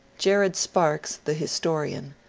jared sparks, the historian,